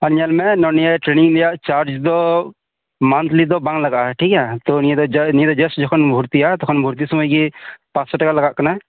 ᱟᱨ ᱧᱮᱞ ᱢᱮ ᱱᱤᱭᱟᱹ ᱴᱨᱮᱱᱤᱝ ᱨᱮᱭᱟᱜ ᱪᱟᱨᱡ ᱫᱚ ᱢᱟᱱᱛᱷᱞᱤ ᱫᱚ ᱵᱟᱝ ᱞᱟᱜᱟᱜᱼᱟ ᱴᱷᱤᱠ ᱜᱮᱭᱟ ᱛᱳ ᱱᱤᱭᱟᱹ ᱫᱚ ᱡᱟᱥᱴ ᱡᱚᱠᱷᱚᱱ ᱵᱷᱚᱨᱛᱤᱟ ᱛᱚᱠᱷᱚᱱ ᱵᱷᱚᱨᱛᱤ ᱥᱚᱢᱚᱭᱜᱮ ᱯᱟᱥᱳ ᱴᱟᱠᱟ ᱞᱟᱜᱟᱜ ᱠᱟᱱᱟ